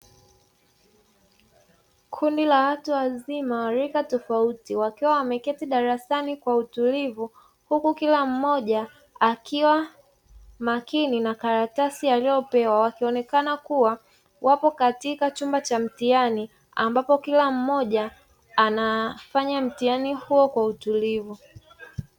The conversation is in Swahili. Kundi la watu wazima wa rika tofauti wakiwa wameketi darasani kwa utulivu. Huku kila mmoja akiwa makini na karatasi aliyopewa, wakionekana kuwa wapo katika chumba cha mtihani ambapo kila mmoja anafanya mtihani huo kwa utulivu.